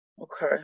Okay